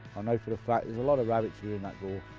know for the fact there's a lot of rabbits in that gorse.